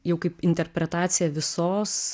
jau kaip interpretacija visos